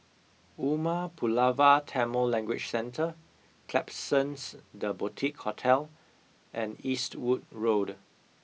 Umar Pulavar Tamil Language Centre Klapsons the Boutique Hotel and Eastwood Road